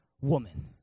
woman